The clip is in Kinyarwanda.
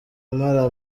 amara